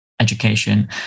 education